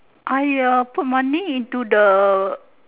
I uh put money into the